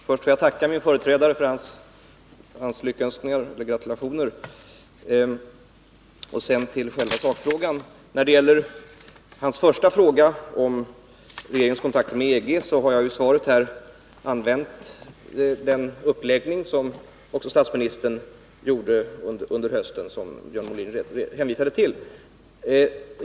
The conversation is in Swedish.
Herr talman! Först får jag tacka min företrädare för hans lyckönskningar. Så till sakfrågan. När det gäller Björn Molins första fråga om regeringens kontakter med EG har jag i svaret använt den uppläggning som också statsministern använde förra hösten och som Björn Molin hänvisade till.